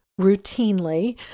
routinely